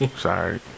Sorry